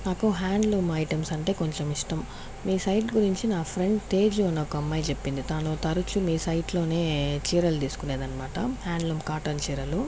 నాకు handloom items అంటే కొంచెం ఇష్టం మీ సైట్ గురించి నా ఫ్రెండ్ తేజు అనే ఒక అమ్మాయి చెప్పింది తాను తరచు మీ సైట్లోనే చీరలు తీసుకునేదన్నమాట హ్యాండ్లూమ్ కాటన్ చీరలు